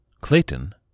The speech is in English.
Clayton